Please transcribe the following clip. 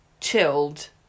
chilled